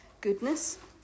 goodness